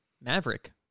Maverick